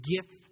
gifts